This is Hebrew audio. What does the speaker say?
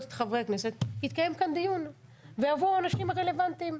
את חברי הכנסת יתקיים כאן דיון ויבואו האנשים הרלוונטיים.